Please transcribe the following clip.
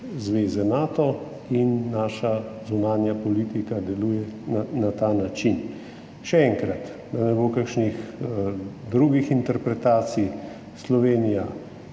zveze Nato in naša zunanja politika deluje na ta način. Še enkrat, da ne bo kakšnih drugih interpretacij, Slovenija